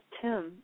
Tim